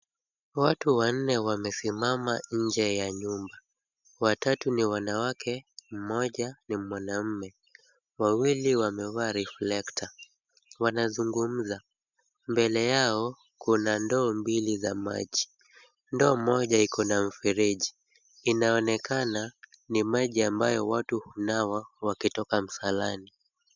Watu wanne wamesimama nje ya nyumba. Watatu ni wanawake, mmoja ni mwanaume. wawili wamevaa reflector , wanazungumza. Mbele yao kuna ndoo mbili za maji. Ndoo moja iko na mfeleji. Inaonekana ni maji ambayo watu hunawa wakitoka msalani